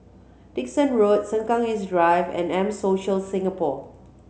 Dickson Road Sengkang East Drive and M Social Singapore